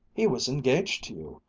he was engaged to you.